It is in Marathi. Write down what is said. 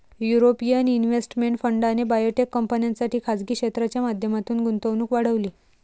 युरोपियन इन्व्हेस्टमेंट फंडाने बायोटेक कंपन्यांसाठी खासगी क्षेत्राच्या माध्यमातून गुंतवणूक वाढवली